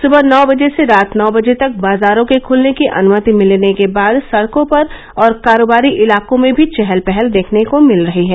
सुबह नौ बजे से रात नौ बर्ज तक बाजारों के खुलने की अनुमति मिलने के बाद सड़कों पर और कारोबारी इलाकों में भी चहल पहल देखने को मिल रही है